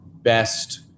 best